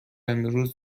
امروز